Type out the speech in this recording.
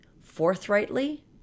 forthrightly